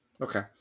Okay